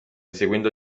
seguendo